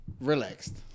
Relaxed